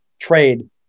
trade